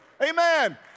Amen